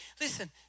Listen